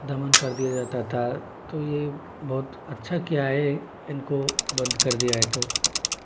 दफन कर दिया जाता था तो ये बहुत अच्छा किया है इनको बंद कर दिया है तो